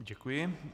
Děkuji.